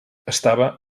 estava